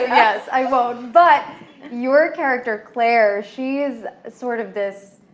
yes, i won't but your character, claire, she is sort of this,